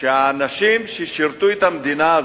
שהאנשים ששירתו את המדינה הזו,